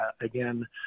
again